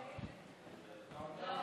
לא,